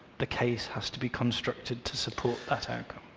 the case has to be constructed to support that outcome?